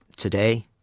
today